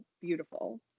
Beautiful